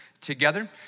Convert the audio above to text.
together